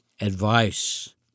advice